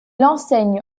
enseigne